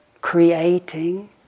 creating